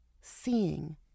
seeing